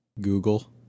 Google